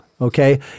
Okay